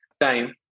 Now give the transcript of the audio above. time